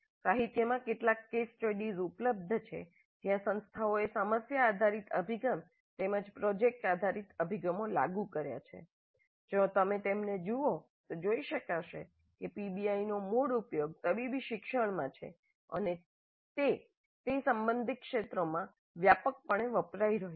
સાહિત્યમાં કેટલાક case studies ઉપલબ્ધ છે જ્યાં સંસ્થાઓએ સમસ્યા આધારિત અભિગમ તેમજ પ્રોજેક્ટ આધારિત અભિગમો લાગુ કર્યા છે જો તમે તેમને જુઓ તો જોઈ શકાશે કે પીબીઆઈનો મૂળ ઉપયોગ તબીબી શિક્ષણમાં છે અને તે અને તે સંબંધિત ક્ષેત્રોમાં વ્યાપકપણે વપરાઇ રહ્યું છે